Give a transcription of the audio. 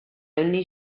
only